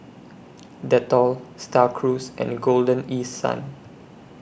Dettol STAR Cruise and Golden East Sun